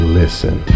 listen